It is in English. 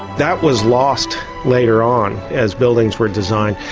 that was lost later on, as buildings were designed.